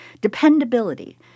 dependability